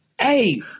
Hey